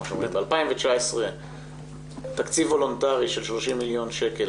ב-2019 תקציב וולונטרי של 30 מיליון שקל